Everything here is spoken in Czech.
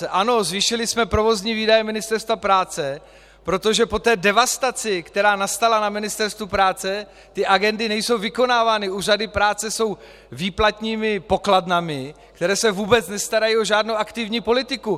Ano, zvýšili jsme provozní výdaje Ministerstva práce, protože po devastaci, která nastala na Ministerstvu práce, nejsou agendy vykonávány, úřady práce jsou výplatními pokladnami, které se vůbec nestarají o žádnou aktivní politiku.